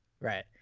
Right